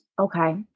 Okay